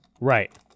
Right